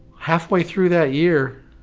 halfway through that year